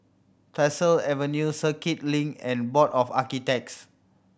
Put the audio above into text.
Tyersall Avenue Circuit Link and Board of Architects